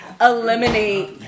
eliminate